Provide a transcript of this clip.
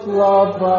love